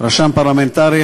רשם פרלמנטרי,